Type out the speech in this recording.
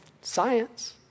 science